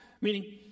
Meaning